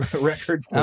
record